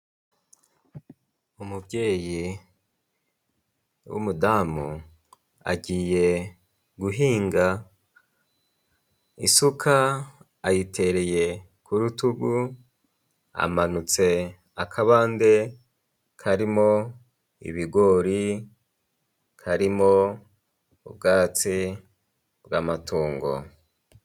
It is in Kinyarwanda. Umubyeyi w'umudamu agiye guhinga, isuka ayitereye k'urutugu, amanutse akabande karimo ibigori, karimo ubwatsi bw'amatungo.